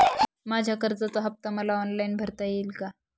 माझ्या कर्जाचा हफ्ता मला ऑनलाईन भरता येईल का?